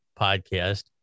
podcast